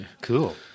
Cool